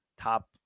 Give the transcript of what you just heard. top